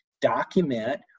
Document